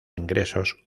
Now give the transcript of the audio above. ingresos